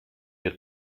your